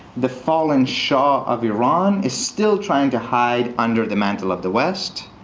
the fallen shah of iran is still trying to hide under the mantle of the west.